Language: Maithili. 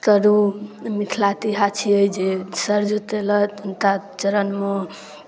तरू मिथिलाते इएह छियै जे सर झुतेलत हुनता चरणमे